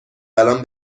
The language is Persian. الان